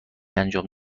انجام